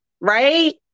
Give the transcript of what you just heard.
right